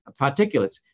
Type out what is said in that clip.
particulates